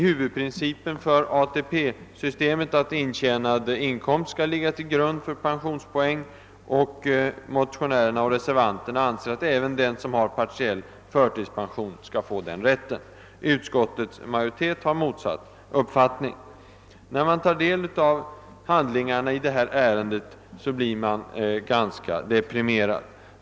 Huvudprincipen för ATP-systemet är att intjänad inkomst skall ligga till grund för pensionspoängen, och motionärerna och reservanterna anser att även den som har partiell förtidspension skall ha den rätten. Utskottets majoritet har däremot haft motsatt uppfattning. När man tar del av handlingarna i detta ärende blir man ganska deprimerad.